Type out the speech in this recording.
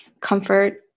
comfort